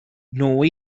named